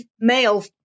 Male